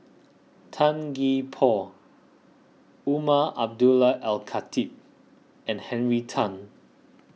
Tan Gee Paw Umar Abdullah Al Khatib and Henry Tan